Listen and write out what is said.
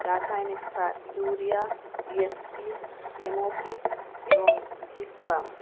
রাসায়নিক সার urea D S P M O P এবং জিপসাম